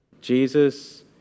Jesus